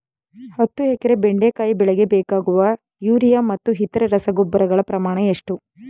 ಹತ್ತು ಎಕರೆ ಬೆಂಡೆಕಾಯಿ ಬೆಳೆಗೆ ಬೇಕಾಗುವ ಯೂರಿಯಾ ಮತ್ತು ಇತರೆ ರಸಗೊಬ್ಬರಗಳ ಪ್ರಮಾಣ ಎಷ್ಟು?